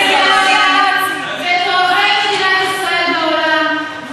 ואת אוהבי מדינת ישראל בעולם,